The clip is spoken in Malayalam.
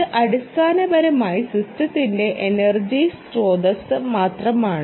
ഇത് അടിസ്ഥാനപരമായി സിസ്റ്റത്തിന്റെ എനർജി സ്രോതസ്സ് മാത്രമാണ്